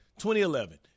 2011